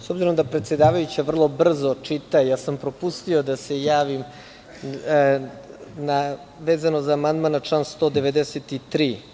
S obzirom da predsedavajuća vrlo brzo čita, propustio sam da se javim vezano za amandman na član 193.